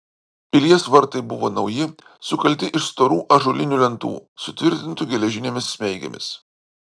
pilies vartai buvo nauji sukalti iš storų ąžuolinių lentų sutvirtintų geležinėmis smeigėmis